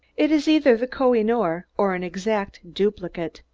it is either the koh-i-noor or an exact duplicate,